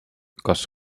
kas